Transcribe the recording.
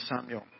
Samuel